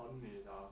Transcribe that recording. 很美 sia